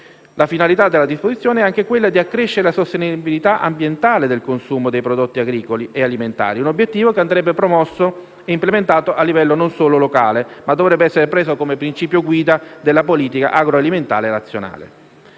La finalità della disposizione è anche quella di accrescere la sostenibilità ambientale del consumo dei prodotti agricoli e alimentari, un obiettivo che andrebbe promosso e implementato a livello non solo locale, ma dovrebbe essere preso come principio guida della politica agroalimentare nazionale.